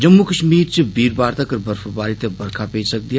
जम्मू कष्मीर च वीरवार तगर बर्फबारी ते बरखा पेई सकदी ऐ